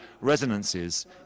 resonances